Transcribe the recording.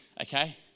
okay